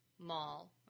mall